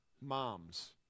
moms